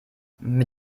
mit